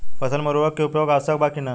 फसल में उर्वरक के उपयोग आवश्यक बा कि न?